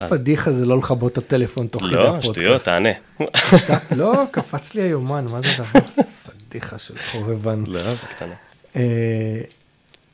פדיחה זה לא לכבות את הטלפון תוך כדי פודקסט, לא שטויות תענה, לא קפץ לי היומן מה זה דבר, פדיחה של חובבן, לא בקטנה.